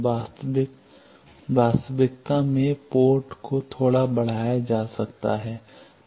वास्तविक वास्तविकता में पोर्ट को थोड़ा बढ़ाया जा सकता है